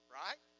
right